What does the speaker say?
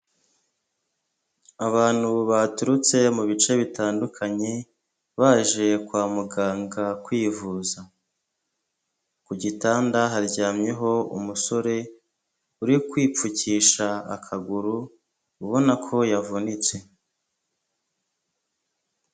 Abantu baturutse mu bice bitandukanye baje kwa muganga kwivuza, ku gitanda haryamyeho umusore uri kwipfukisha akaguru ubona ko yavunitse.